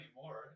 anymore